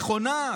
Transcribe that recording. נכונה,